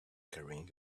carrying